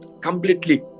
completely